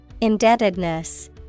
Indebtedness